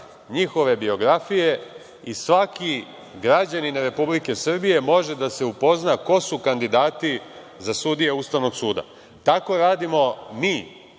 njihove biografije i svaki građanin Republike Srbije može da se upozna ko su kandidati za sudije Ustavnog suda. Tako radimo mi